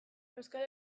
euskal